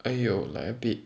!aiyo! like a bit